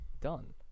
done